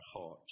heart